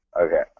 Okay